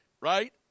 Right